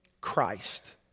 Christ